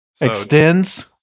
Extends